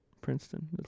Princeton